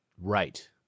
Right